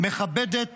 מכבדת